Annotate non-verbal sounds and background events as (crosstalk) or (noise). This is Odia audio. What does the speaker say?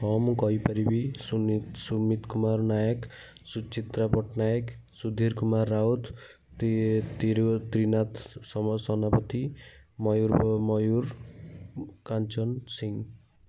ହଁ ମୁଁ କହିପାରିବି ସୁମିତ୍ ସୁମିତ୍ କୁମାର ନାୟକ ସୁଚିତ୍ରା ପଟ୍ଟନାୟକ ସୁଧୀର କୁମାର ରାଉତ (unintelligible) ତ୍ରିନାଥ ସେନାପତି ମୟୁର କାଞ୍ଚନ ସିଂହ